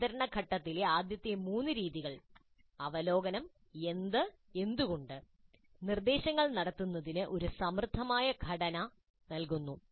അവതരണ ഘട്ടത്തിലെ ആദ്യത്തെ മൂന്ന് രീതികൾ അവലോകനം എന്ത് എന്തുകൊണ്ട് നിർദ്ദേശങ്ങൾ നടത്തുന്നതിന് ഒരു സമൃദ്ധമായ ഘടന നൽകുന്നു